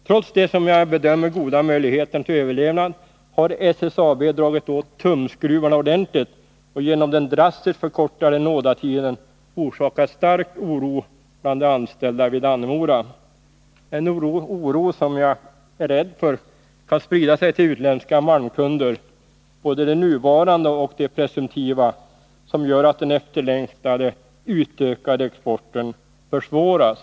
Trots de, som jag bedömer, goda möjligheterna till överlevnad har SSAB Nr 38 dragit åt tumskruvarna ordentligt och genom den drastiskt förkortade nådatiden orsakat stark oro bland de anställda vid Dannemora, en oro som jag är rädd för kan sprida sig till utländska malmkunder — både de nuvarande och de presumtiva — och göra att den efterlängtade utökade exporten Om SSAB:s verkförsvåras.